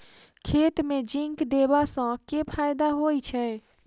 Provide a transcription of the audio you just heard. खेत मे जिंक देबा सँ केँ फायदा होइ छैय?